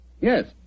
yes